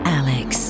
alex